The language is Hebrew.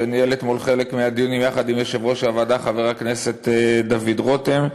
שניהל אתמול חלק מהדיון יחד עם יושב-ראש הוועדה חבר הכנסת דוד רותם,